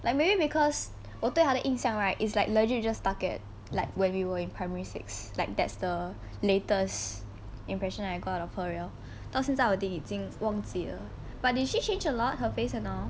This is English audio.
like maybe because 我对他的印象 right it's like legit just 大概 like when we were in primary six like that's the latest impression I go out of her you know 到现在我已经忘记了 but did she change a lot her face and all